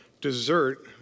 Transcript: dessert